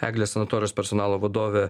eglės sanatorijos personalo vadovė